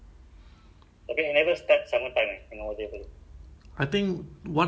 but I think normal tech is the earliest ah maybe can't remember